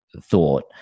thought